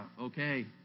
okay